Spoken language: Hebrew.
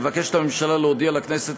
מבקשת הממשלה להודיע לכנסת,